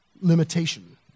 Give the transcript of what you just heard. limitation